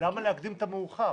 למה להקדים את המאוחר?